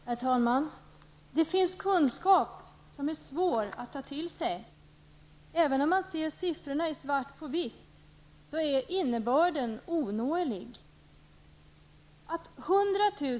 Herr talman! Det finns kunskap som är svår att ta till sig. Även om man ser siffrorna i svart på vitt kan det vara ouppnåeligt att förstå innebörden.